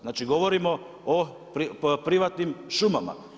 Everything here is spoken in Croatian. Znači govorimo o privatnim šumama.